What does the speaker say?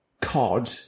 cod